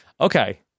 okay